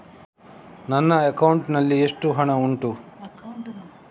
ನನ್ನ ಅಕೌಂಟ್ ನಲ್ಲಿ ಎಷ್ಟು ಹಣ ಉಂಟು?